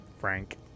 Frank